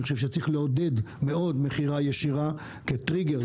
אני חושב שצריך לעודד מאוד מכירה ישירה כטריגר,